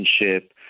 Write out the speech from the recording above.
relationship